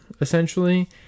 essentially